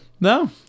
No